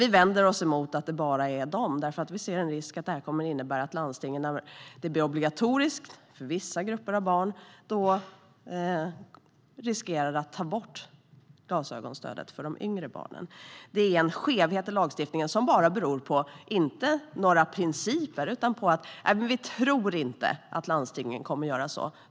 Vi vänder oss emot att det bara är de äldre barnen, för vi ser en risk för att det kommer att innebära att landstingen, om det blir obligatoriskt för vissa grupper av barn, tar bort glasögonstödet för de yngre barnen. Det är en skevhet i lagstiftningen som inte beror på några principer utan bara på att man inte tror att landstingen kommer att göra så.